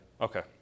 Okay